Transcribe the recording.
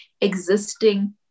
existing